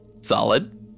Solid